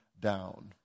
down